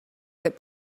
that